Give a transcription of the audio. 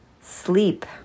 sleep